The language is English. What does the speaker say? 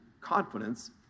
confidence